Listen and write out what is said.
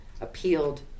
appealed